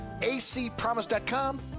acpromise.com